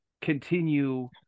continue